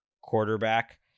quarterback